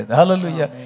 Hallelujah